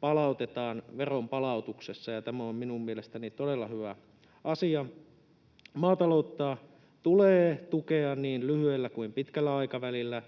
palautetaan veronpalautuksessa, ja tämä on minun mielestäni todella hyvä asia. Maataloutta tulee tukea niin lyhyellä kuin pitkällä aikavälillä.